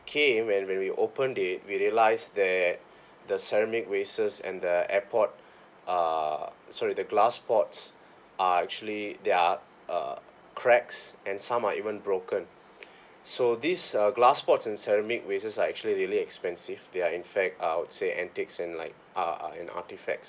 came and when we opened it we realised that the ceramic vases and the airport uh sorry the glass pots are actually they are uh cracks and some are even broken so this uh glass pots and ceramic vases are actually really expensive they are in fact I would say antiques and like are an artifacts